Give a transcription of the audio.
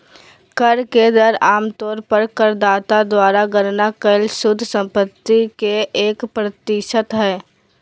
कर के दर आम तौर पर करदाता द्वारा गणना कइल शुद्ध संपत्ति के एक प्रतिशत हइ